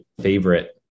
favorite